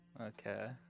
Okay